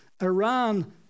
Iran